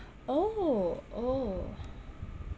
oh oh